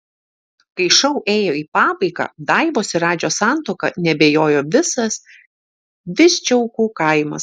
kai šou ėjo į pabaigą daivos ir radžio santuoka neabejojo visas visdžiaugų kaimas